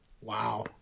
Wow